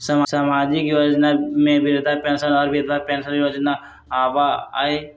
सामाजिक योजना में वृद्धा पेंसन और विधवा पेंसन योजना आबह ई?